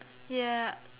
ya